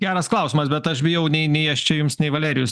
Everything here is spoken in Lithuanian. geras klausimas bet aš bijau nei nei aš čia jums nei valerijus